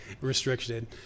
restricted